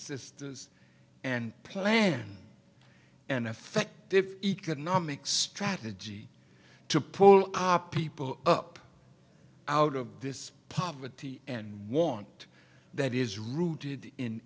sisters and plan an effective economic strategy to pull people up out of this poverty and want that is rooted in